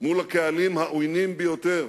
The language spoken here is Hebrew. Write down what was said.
מול הקהלים העוינים ביותר,